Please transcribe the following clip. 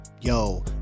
yo